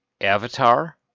Avatar